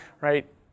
right